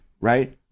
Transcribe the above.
Right